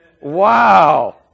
Wow